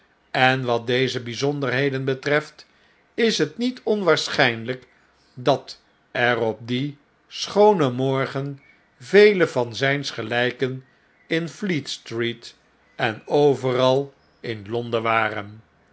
en wat deze bijzonderheden betreft is het niet onwaarschijnlijk dat er op dien schoonen morgen vele van zijns geljjken in fleet-street en overal in londen waren